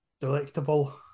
delectable